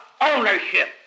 ownership